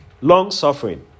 long-suffering